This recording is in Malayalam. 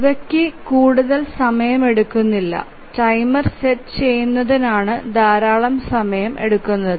ഇവയ്ക്ക് കൂടുതൽ സമയമെടുക്കുന്നില്ല ടൈമർ സെറ്റ് ചെയുനതിനാണ് ധാരാളം സമയം എടുക്കുന്നത്